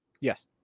Yes